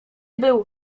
był